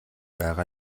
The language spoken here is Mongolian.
байгаа